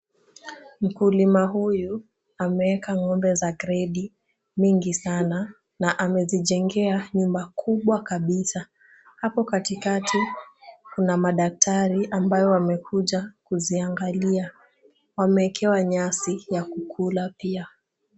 Mkulima huyu ameweka ng'ombe wa gredi wengi sana. Na amejijengea nyumba kubwa kabisa. Hapo katikati kuna madaktari ambao wamekuja kuwaangalia. Wameekewa nyasi ya kula pia.